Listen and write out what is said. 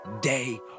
day